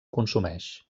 consumeix